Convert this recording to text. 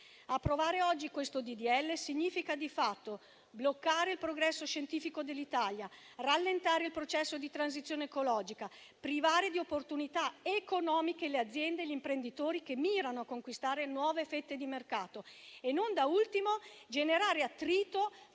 Approvare oggi questo disegno di legge significa di fatto bloccare il progresso scientifico dell'Italia, rallentare il processo di transizione ecologica, privare di opportunità economiche le aziende e gli imprenditori che mirano a conquistare nuove fette di mercato, e non da ultimo generare attrito fra due